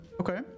Okay